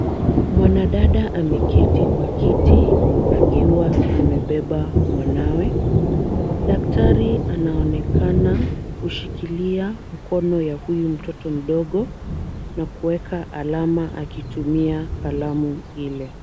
Mwanadada ameketi kwa kiti akiwa amebeba mwanawe. Daktari anaonekana kushikilia mkono ya mtoto huyu mdogo na kuweka alama akitumia kalamu ile.